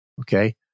Okay